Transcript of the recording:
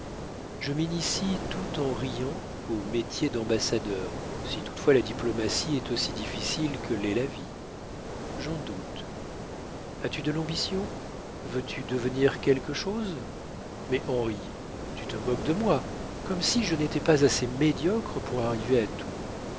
je m'initie tout en riant au métier d'ambassadeur si toutefois la diplomatie est aussi difficile que l'est la vie j'en doute as-tu de l'ambition veux-tu devenir quelque chose mais henri tu te moques de moi comme si je n'étais pas assez médiocre pour arriver à tout